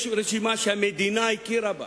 יש רשימה שהמדינה הכירה בה,